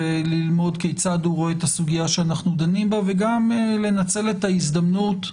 ללמוד כיצד הוא רואה את סוגייה שאנחנו דנים בה וגם לנצל את ההזדמנות,